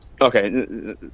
Okay